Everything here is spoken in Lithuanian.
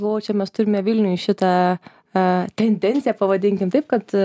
glaudžiamės turime vilniuj šitą tendenciją pavadinkim taip kad